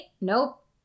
Nope